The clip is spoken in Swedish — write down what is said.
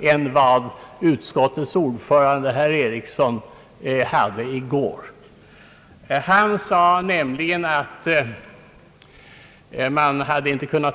än utskottets ordförande herr Ericsson beträffande tolkningen av denna begäran.